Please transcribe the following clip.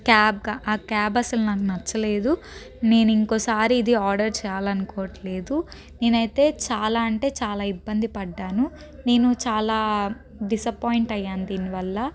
క్యాబ్గా ఆ క్యాబ్ అసలు నాకు నచ్చలేదు నేను ఇంకోసారి ఇది ఆర్డర్ చేయాలనుకోవట్లేదు నేనైతే చాలా అంటే చాలా ఇబ్బంది పడ్డాను నేను చాలా డిసప్పాయింట్ అయ్యాను దీనివల్ల